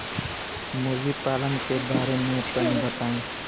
मुर्गी पालन के बारे में तनी बताई?